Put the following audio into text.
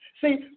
see